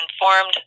informed